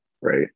right